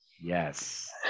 Yes